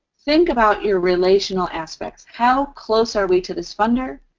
think about your relational aspects. how close are we to this funder?